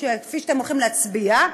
כפי שאתם הולכים להצביע,